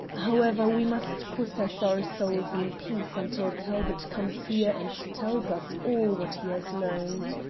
however, we must possess our souls in peace until talbot comes here and tells us all what he has learnt.